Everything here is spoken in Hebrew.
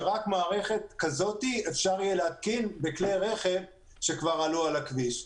שרק מערכת כזאת אפשר יהיה להתקין בכלי רכב שכבר עלו על הכביש.